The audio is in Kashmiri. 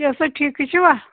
کیٛاہ سا ٹھیٖکٕے چھِوا